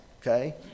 okay